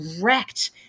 wrecked